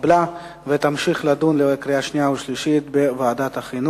התקבלה ותמשיך להידון לקראת קריאה שנייה ושלישית בוועדת החינוך,